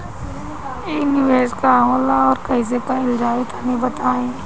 इ निवेस का होला अउर कइसे कइल जाई तनि बताईं?